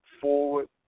forward